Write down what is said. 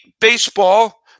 baseball